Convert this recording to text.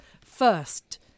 first